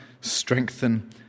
strengthen